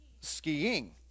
skiing